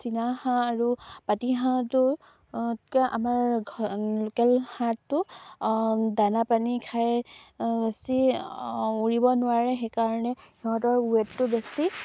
চীনাহাঁহ আৰু পাতিহাঁহটোতকৈ আমাৰ লোকেল হাঁহটো দানা পানী খাই বেছি উৰিব নোৱাৰে সেইকাৰণে সিহঁতৰ ৱেটটো বেছি